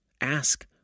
Ask